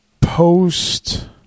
post